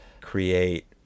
create